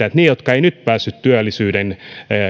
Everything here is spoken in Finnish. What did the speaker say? että niillä jotka eivät nyt päässeet työllisyyden